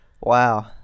Wow